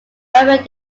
urban